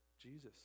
Jesus